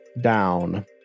down